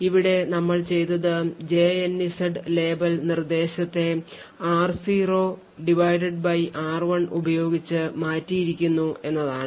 ഇവിടെ ഞങ്ങൾ ചെയ്തത് jnz label നിർദ്ദേശത്തെ r0r1 ഉപയോഗിച്ച് മാറ്റിയിരിക്കുന്നു എന്നതാണ്